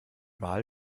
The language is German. wahl